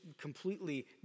completely